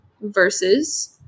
versus